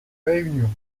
réunion